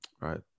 right